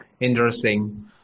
interesting